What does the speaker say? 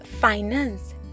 finance